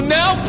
now